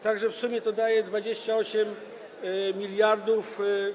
Tak że w sumie to daje 28 mld.